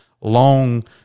long